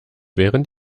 während